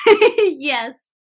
Yes